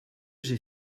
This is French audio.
j’ai